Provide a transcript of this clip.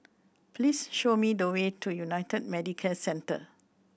please show me the way to United Medicare Centre